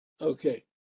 Okay